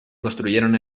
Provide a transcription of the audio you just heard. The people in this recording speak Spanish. construyeron